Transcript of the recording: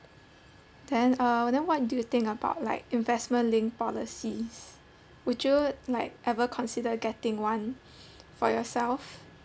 then uh then what do you think about like investment linked policies would you like ever consider getting one for yourself